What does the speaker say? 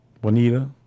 Bonita